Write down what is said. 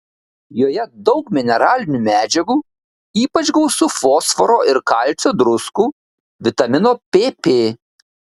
joje daug mineralinių medžiagų ypač gausu fosforo ir kalcio druskų vitamino pp